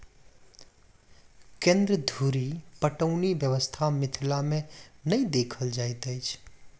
केन्द्र धुरि पटौनी व्यवस्था मिथिला मे नै देखल जाइत अछि